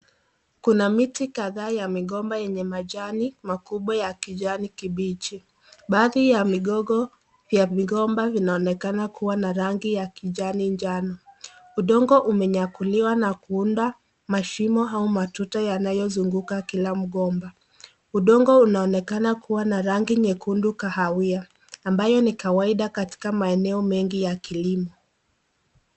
Kuna miti kadhaa ya migomba yenye majani makubwa ya kijani kbichi, Baadhi ya migogo ya migomnba inaonekana kuwa na rangi ya kijani njano, udongo umenyakuliwa na kuunda mashimo au matuta yanayozunguka kila mgomba ,udongo inaonekana kuwa na rangi nyekundu kahawia ambaye ni kawaida katika maeneo menginya kilimo.